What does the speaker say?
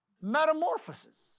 Metamorphosis